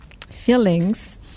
feelings